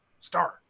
start